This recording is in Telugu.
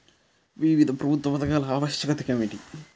వివిధ ప్రభుత్వా పథకాల ఆవశ్యకత ఏమిటి?